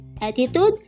attitude